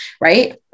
right